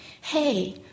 Hey